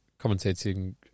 commentating